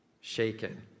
shaken